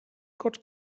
got